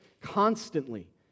constantly